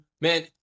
Man